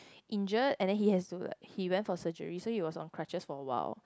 injured and then he has to like he went for surgery so he was on crutches for a while